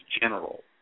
general